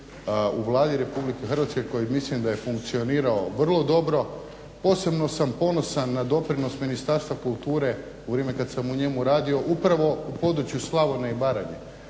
u Vladi Republike Hrvatske koji mislim da je funkcionirao vrlo dobro. Posebno sam ponosan na doprinos Ministarstva kulture u vrijeme kad sam u njemu radio upravo u području Slavonije i Baranje.